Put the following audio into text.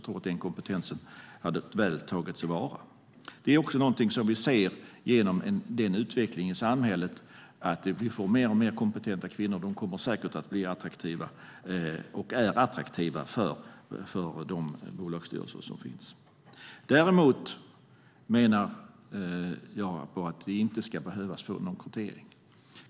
Jag tror att den kompetensen väl hade tagits till vara. Genom utvecklingen i samhället ser vi också att vi får mer och mer kompetenta kvinnor. De är och kommer säkert att bli attraktiva för de bolagsstyrelser som finns. Däremot menar jag att det inte ska behövas någon kvotering.